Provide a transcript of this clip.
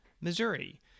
Missouri